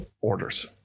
orders